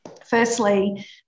Firstly